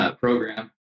program